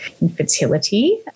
infertility